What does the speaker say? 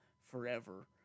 forever